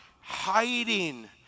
hiding